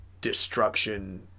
destruction